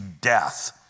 death